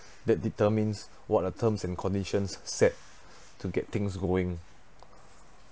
that determines what the terms and conditions set to get things going